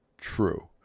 True